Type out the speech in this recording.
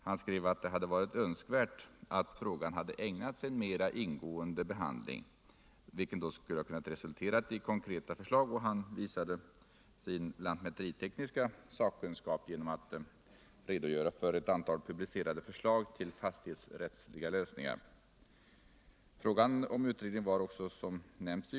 Han skrev att det varit önskvärt att frågan ägnats en mera ingående behandling, vilken kunnat resultera i konkreta förslag, och han visade sin lantmäteritekniska sakkunskap genom att redogöra för ett antal publicerade förslag till fastighetsrättsliga lösningar.